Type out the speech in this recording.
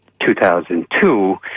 2002